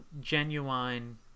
genuine